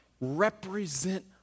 represent